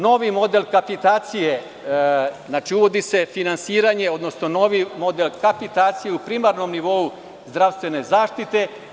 Novi model kapitacije, znači, uvodi se finansiranje odnosno novi model kapitacije u primarnom nivou zdravstvene zaštite.